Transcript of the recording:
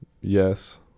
Yes